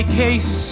case